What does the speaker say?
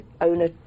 owner